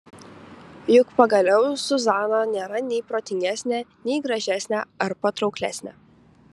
juk pagaliau zuzana nėra nei protingesnė nei gražesnė ar patrauklesnė